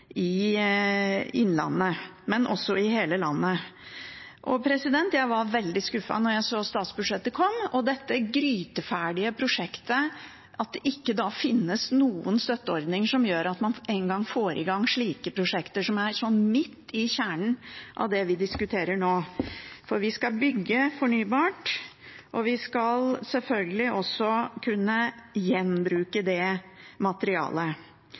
i Innlandet, men også i hele landet. Jeg var veldig skuffet da jeg så statsbudsjettet komme, og at det for dette gryteferdige prosjektet ikke finnes noen støtteordninger som engang gjør at man får i gang slike prosjekter, som er midt i kjernen av det vi diskuterer nå, for vi skal bygge fornybart, og vi skal selvfølgelig også kunne gjenbruke det materialet.